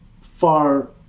far